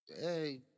Hey